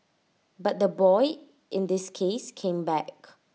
but the boy in this case came back